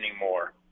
anymore